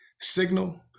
signal